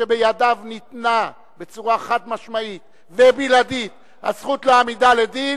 שבידיו ניתנה בצורה חד-משמעית ובלעדית הזכות להעמידה לדין,